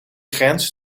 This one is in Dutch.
grens